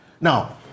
Now